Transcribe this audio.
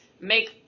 make